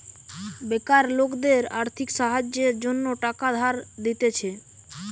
বেকার লোকদের আর্থিক সাহায্যের জন্য টাকা ধার দিতেছে